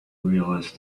realise